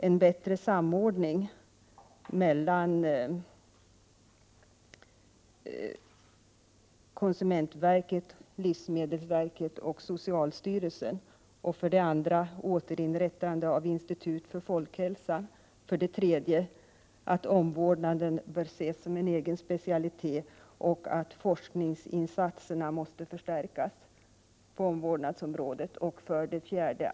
En bättre samordning mellan konsumentverket, livsmedelsverket och socialstyrelsen. 3. Omvårdnaden bör ses som en egen specialitet, och forskningsinsatserna på omvårdnadsområdet måste förstärkas. 4.